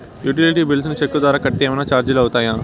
Utility bills ను cheque ద్వారా కట్టితే ఏమన్నా చార్జీలు అవుతాయా?